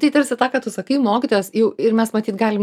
tai tarsi tą ką tu sakai mokytojas jau ir mes matyt galim